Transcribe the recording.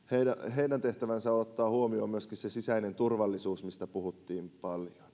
heidän tehtävänsä on ottaa huomioon myöskin se sisäinen turvallisuus mistä puhuttiin paljon